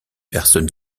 personne